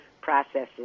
processes